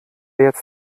jetzt